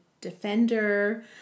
defender